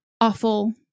awful